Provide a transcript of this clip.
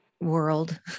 world